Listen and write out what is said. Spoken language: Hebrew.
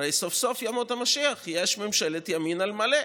הרי סוף-סוף, ימות המשיח, יש ממשלת ימין על מלא.